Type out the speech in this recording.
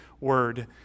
word